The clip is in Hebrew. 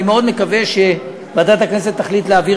אני מאוד מקווה שוועדת הכנסת תחליט להעביר